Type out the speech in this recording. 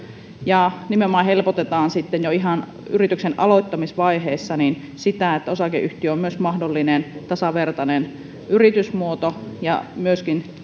ja nimenomaan helpotetaan jo ihan yrityksen aloittamisvaiheessa siinä että osakeyhtiö on myös mahdollinen tasavertainen yritysmuoto ja myöskin